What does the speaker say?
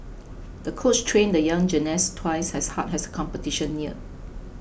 the coach trained the young gymnast twice as hard as the competition neared